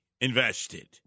invested